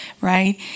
right